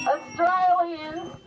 Australians